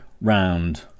round